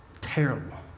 Terrible